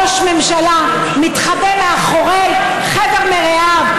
ראש ממשלה מתחבא מאחורי חבר מרעיו,